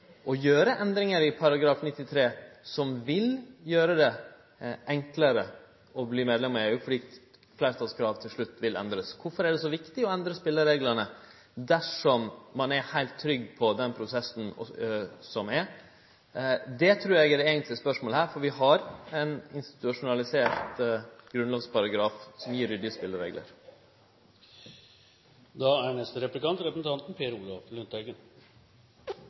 å gjere endringar i § 93 som vil gjere det enklare å verte medlem av EU, fordi fleirtalskravet til slutt vil verte endra? Kvifor er det så viktig å endre spelereglane dersom ein er heilt trygg på den prosessen som er? Det trur eg er det eigentlege spørsmålet her, for vi har ein institusjonalisert grunnlovsparagraf som gir ryddige spelereglar. Noen syns kanskje det er